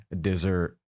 dessert